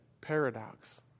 paradox